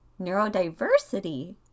neurodiversity